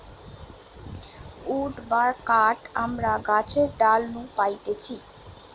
would বা কাঠ আমরা গাছের ডাল নু পাইতেছি